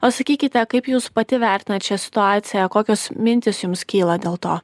o sakykite kaip jūs pati vertinat šią situaciją kokios mintys jums kyla dėl to